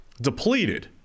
depleted